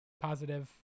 positive